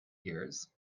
ears